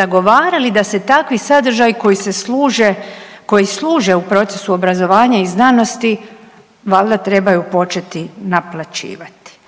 zagovarali da se takvi sadržaji koji se služe, koji služe u procesu obrazovanja i znanosti valjda trebaju početi naplaćivati.